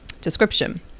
description